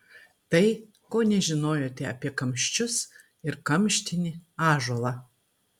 tai ko nežinojote apie kamščius ir kamštinį ąžuolą